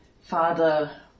Father